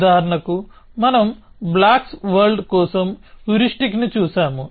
ఉదాహరణకు మనం blocks world కోసం హ్యూరిస్టిక్ని చూశాము